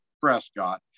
Prescott